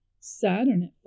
Saturn